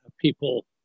people